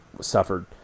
suffered